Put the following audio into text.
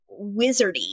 wizardy